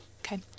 Okay